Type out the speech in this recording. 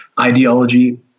ideology